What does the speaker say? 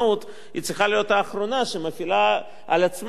היא צריכה להיות האחרונה שמפעילה על עצמה שיקולים